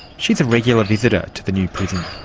she is a regular visitor to the new prison.